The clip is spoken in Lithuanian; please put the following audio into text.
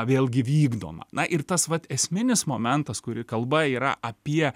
vėlgi vykdoma na ir tas vat esminis momentas kuri kalba yra apie